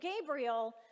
gabriel